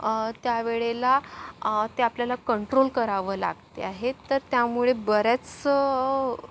त्यावेळेला ते आपल्याला कंट्रोल करावं लागते आहे तर त्यामुळे बऱ्याच